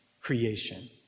creation